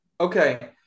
okay